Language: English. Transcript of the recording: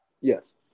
Yes